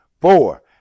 Four